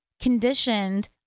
conditioned